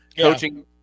coaching